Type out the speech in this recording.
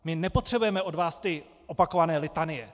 My nepotřebujeme od vás ty opakované litanie.